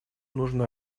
нужно